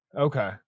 Okay